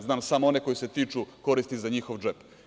Znam samo one koje se tiču koristi za njihov džep.